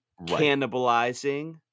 cannibalizing